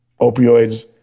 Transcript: Opioids